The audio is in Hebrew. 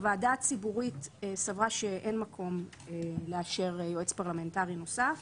הוועדה הציבורית סברה שאין מקום לאשר יועץ פרלמנטרי נוסף.